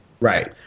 Right